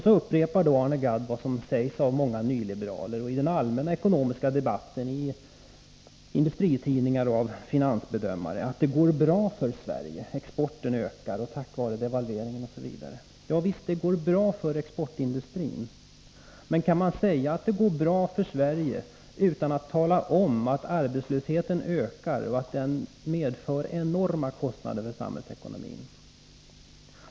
Så upprepar Arne Gadd vad som sägs av många nyliberaler i den allmänna ekonomiska debatten, i industritidningar och av finansbedömare, nämligen att det går bra för Sverige, eftersom exporten ökar tack vare devalveringen osv. Ja visst, det går bra för exportindustrin, men kan man säga att det går bra för Sverige utan att tala om, att arbetslösheten ökar och medför enorma kostnader för samhällsekonomin?